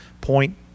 point